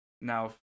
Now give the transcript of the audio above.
now